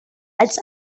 als